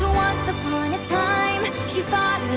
upon a time she fought